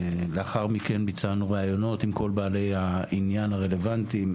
לאחר מכן ביצענו ראיונות על כל בעלי העניין הרלוונטיים,